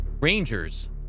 Rangers